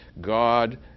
god